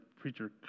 preacher